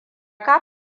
ka